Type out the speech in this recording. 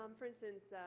um for instance,